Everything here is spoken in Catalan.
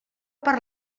per